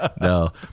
No